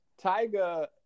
Tyga